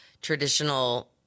traditional